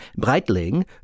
Breitling